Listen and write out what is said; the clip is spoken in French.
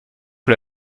que